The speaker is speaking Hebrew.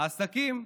העסקים?